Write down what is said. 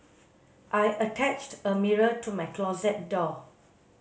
I attached a mirror to my closet door